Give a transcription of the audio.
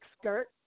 skirt